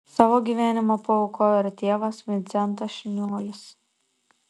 savo gyvenimą paaukojo ir tėvas vincentas šniuolis